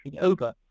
over